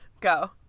Go